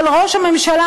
אבל ראש הממשלה,